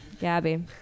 Gabby